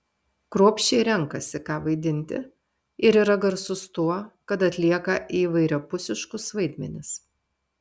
kruopščiai renkasi ką vaidinti ir yra garsus tuo kad atlieka įvairiapusiškus vaidmenis